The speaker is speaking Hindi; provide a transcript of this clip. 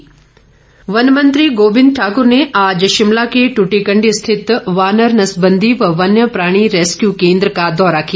गोविंद ठाकुर वन मंत्री गोविंद ठाकुर ने आज शिमला के दुटीकंडी स्थित वानर नसबंदी व वन्य प्राणी रेस्कयू केंद्र का दौरा किया